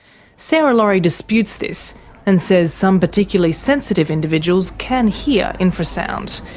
sarah laurie disputes this and says some particularly sensitive individuals can hear infrasound.